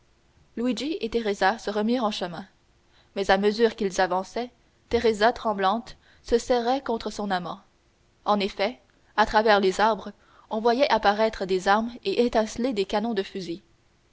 teresa se remirent en chemin mais à mesure qu'ils avançaient teresa tremblante se serrait contre son amant en effet à travers les arbres on voyait apparaître des armes et étinceler des canons de fusil